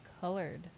Colored